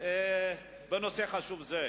להגיד בנושא חשוב זה.